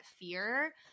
fear